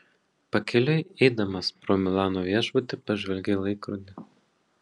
pakeliui eidamas pro milano viešbutį pažvelgė į laikrodį